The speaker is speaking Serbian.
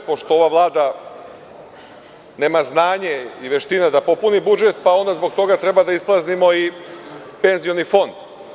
Pošto ova Vlada nema znanje i veštine da popuni budžet zbog toga treba da ispraznimo penzioni fond.